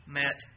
met